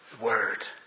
word